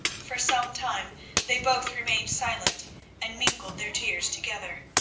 for some time they both remained silent and mingled their tears together.